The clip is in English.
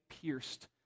pierced